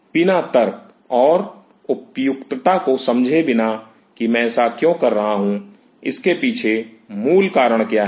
बिना तर्क और उपयुक्तता को समझे बिना कि मैं ऐसा क्यों कर रहा हूं इसके पीछे मूल कारण क्या है